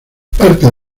parte